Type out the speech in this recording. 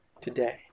today